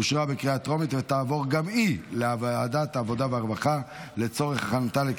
אושרה בקריאה הטרומית ותעבור לוועדת העבודה והרווחה לצורך הכנתה לקריאה